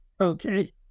Okay